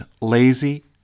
lazy